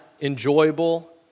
enjoyable